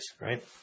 right